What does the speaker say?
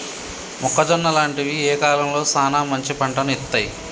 మొక్కజొన్న లాంటివి ఏ కాలంలో సానా మంచి పంటను ఇత్తయ్?